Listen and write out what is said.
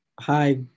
Hi